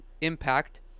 impact